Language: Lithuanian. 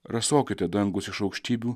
rasokite dangūs iš aukštybių